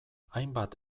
hainbat